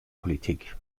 politik